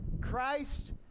Christ